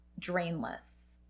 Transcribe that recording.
drainless